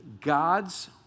God's